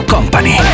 Company